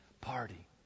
party